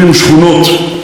מרכזים רפואיים.